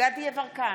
דסטה גדי יברקן,